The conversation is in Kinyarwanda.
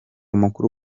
mukuru